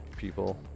people